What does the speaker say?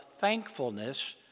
thankfulness